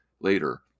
later